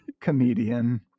comedian